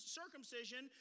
circumcision